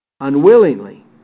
unwillingly